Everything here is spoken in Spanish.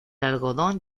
algodón